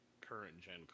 current-gen